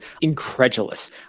incredulous